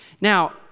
Now